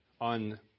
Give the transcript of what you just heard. on